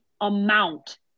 amount